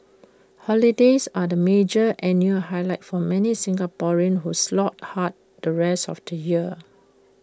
holidays are the major annual highlight for many Singaporeans who slog hard the rest of the year